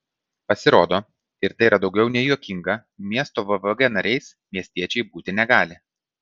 pasirodo ir tai yra daugiau negu juokinga miesto vvg nariais miestiečiai būti negali